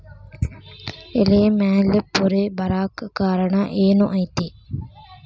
ಎಲೆ ಮ್ಯಾಲ್ ಪೊರೆ ಬರಾಕ್ ಕಾರಣ ಏನು ಐತಿ?